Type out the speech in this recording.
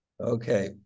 Okay